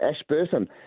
Ashburton